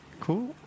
cool